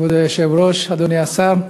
כבוד היושב-ראש, אדוני השר,